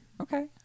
Okay